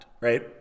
right